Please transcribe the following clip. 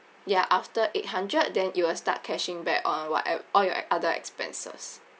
ya after eight hundred then it will start cashing back on what e~ all your other expenses